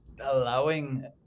allowing